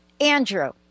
Andrew